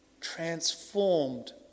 transformed